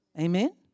Amen